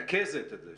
שמנקזת את זה,